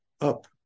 up